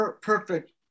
Perfect